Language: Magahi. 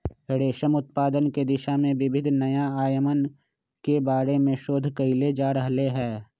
रेशम उत्पादन के दिशा में विविध नया आयामन के बारे में शोध कइल जा रहले है